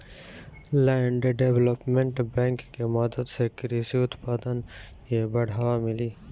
land development bank के मदद से कृषि उत्पादन के बढ़ावा मिली